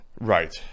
Right